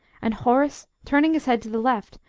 and horace, turning his head to the left,